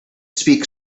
speak